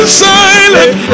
silent